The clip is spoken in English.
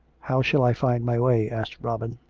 how shall i find my way asked robin.